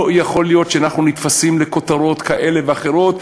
לא יכול להיות שאנחנו נתפסים לכותרות כאלה ואחרות,